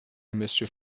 monsieur